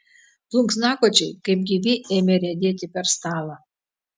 plunksnakočiai kaip gyvi ėmė riedėti per stalą